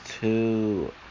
two